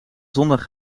zondag